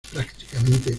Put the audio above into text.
prácticamente